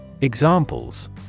Examples